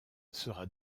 sera